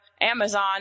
Amazon